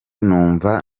numva